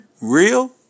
real